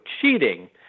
cheating –